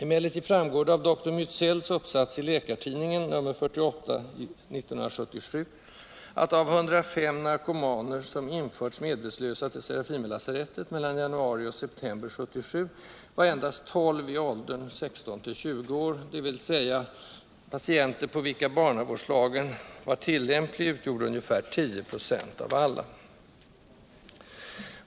Emellertid framgår det av doktor Mitzells uppsats i Läkartidningen nr 48/1977, att av 105 narkomaner som införts medvetslösa till Serafimerlasarettet mellan januari och september 1977 endast 12 var i åldern 16-20 år, dvs. patienter, på vilka barnavårdslagen var tillämplig, utgjorde ungefär 10 ?6 av alla.